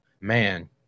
man